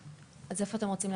איפה אתם רוצים.